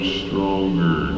stronger